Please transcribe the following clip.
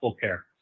care